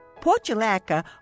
Portulaca